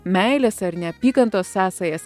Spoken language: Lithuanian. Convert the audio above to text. meilės ar neapykantos sąsajas